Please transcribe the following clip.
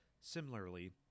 Similarly